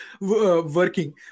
working